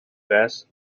best